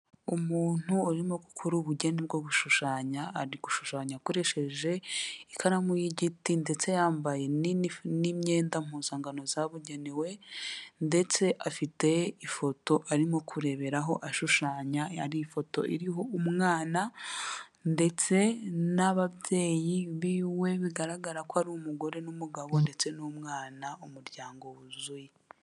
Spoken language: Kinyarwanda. Umuntu urimo gukora ubugeni bwo gushushanya ari gushushanya akoresheje ikaramu y'igiti ndetse yambaye nini n'imyenda mpunzangano zabugenewe ndetse afite ifoto arimo kureberaho ashushanya ari ifoto iriho umwana ndetse n'ababyeyi biwe bigaragara ko ari umugore n'umugabo ndetse n'umwana umuryango wuzuye.